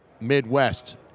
Midwest